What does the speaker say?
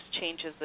changes